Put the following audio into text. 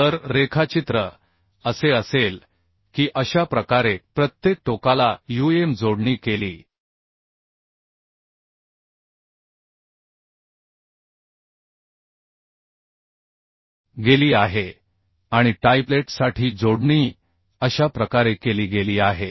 तर रेखाचित्र असे असेल की अशा प्रकारे प्रत्येक टोकाला um जोडणी केली गेली आहे आणि टाइपलेटसाठी जोडणी अशा प्रकारे केली गेली आहे